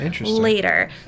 later